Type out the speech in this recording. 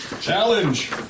Challenge